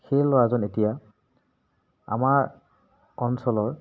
সেই ল'ৰাজন এতিয়া আমাৰ অঞ্চলৰ